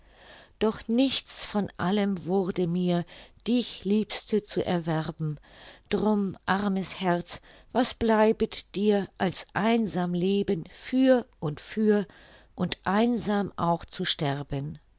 doch nichts von allem wurde mir dich liebste zu erwerben drum armes herz was bleibet dir als einsam leben für und für und einsam auch zu sterben